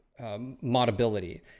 modability